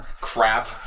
crap